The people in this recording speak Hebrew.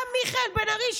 גם מיכאל בן ארי,